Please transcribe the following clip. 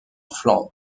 flandres